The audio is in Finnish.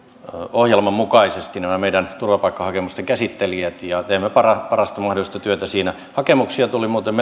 ohjelman mukaisesti nämä meidän turvapaikkahakemusten käsittelijät ja teemme parasta mahdollista työtä siitä hakemuksia tuli muuten